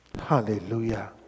Hallelujah